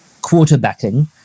quarterbacking